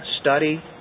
study